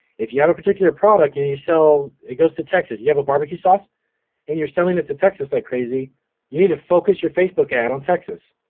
if you have a particular product and you sell it goes to texas, you have a barbecue sauce and you're selling it to texas like crazy you need to focus your facebook ad on texas,